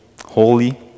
holy